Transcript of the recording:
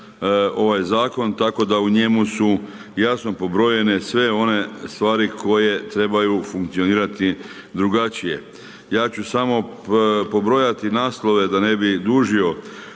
ovaj Zakon, tako da u njemu su jasno pobrojene sve one stari koje trebaju funkcionirati drugačije. Ja ću samo pobrojati naslove da ne bih dužio.